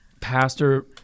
pastor